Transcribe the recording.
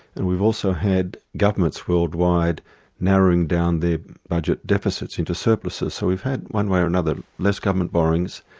and we've also had governments worldwide narrowing down their budget deficits into surpluses. so we've had one way or another less government borrowings,